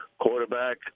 quarterback